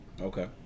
Okay